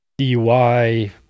DUI